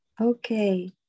Okay